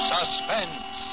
Suspense